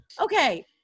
okay